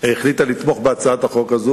החליטה לתמוך בהצעת החוק הזאת,